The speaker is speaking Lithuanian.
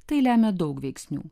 tai lemia daug veiksnių